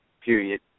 period